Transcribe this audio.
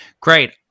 great